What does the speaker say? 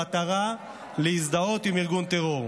במטרה להזדהות עם ארגון טרור".